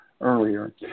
Earlier